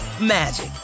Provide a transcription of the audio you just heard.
magic